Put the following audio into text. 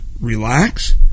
relax